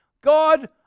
God